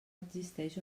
existeix